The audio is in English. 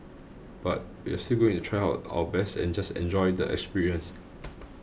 but we're still going to try out our best and just enjoy the experience